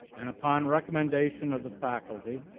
and upon recommendation of the faculty,